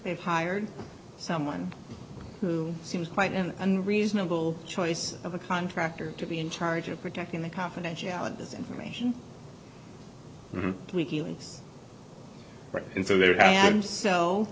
they've hired someone who seems quite an unreasonable choice of a contractor to be in charge of protecting the confidentiality this information and so